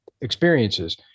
experiences